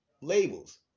labels